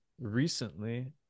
recently